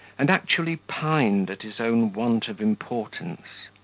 and actually pined at his own want of importance.